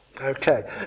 Okay